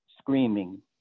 screaming